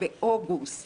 באוגוסט